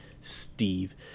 Steve